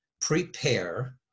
prepare